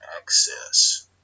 access